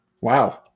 Wow